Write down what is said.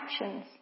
actions